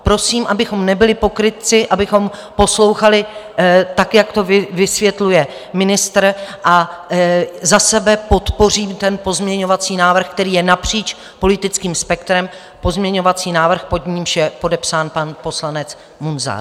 Prosím, abychom nebyli pokrytci, abychom poslouchali, jak to vysvětluje ministr, a za sebe podpořím ten pozměňovací návrh, který je napříč politickým spektrem, pozměňovací návrh, pod nímž je podepsán pan poslanec Munzar.